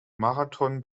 marathon